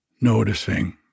noticing